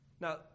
Now